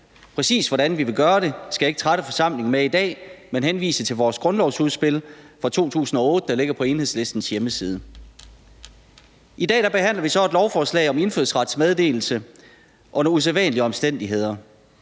Præcis, hvordan vi vil gøre det, skal jeg ikke trætte forsamlingen med i dag, men henvise til vores grundlovsudspil fra 2008, der ligger på Enhedslistens hjemmeside. I dag behandler vi så et lovforslag om indfødsrets meddelelse under usædvanlige omstændigheder.